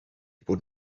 bod